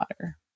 water